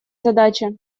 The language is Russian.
задача